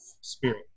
spirit